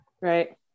Right